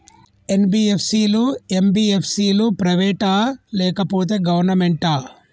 NBFC లు, MBFC లు private ఆ లేకపోతే గవర్నమెంటా?